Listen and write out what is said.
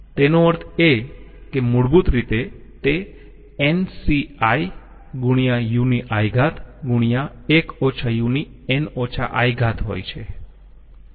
તેનો અર્થ એ કે મૂળભૂત રીતે તે nCi × ui × n i હોય છે